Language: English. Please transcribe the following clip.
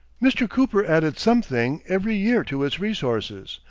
mr. cooper added something every year to its resources,